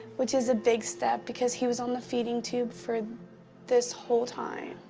which is a big step, because he was on the feeding tube for this whole time.